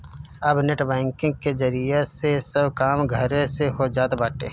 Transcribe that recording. अब net banking के जरिया से सब काम घरे से हो जात बाटे